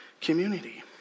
community